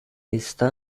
está